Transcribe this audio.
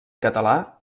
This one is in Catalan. català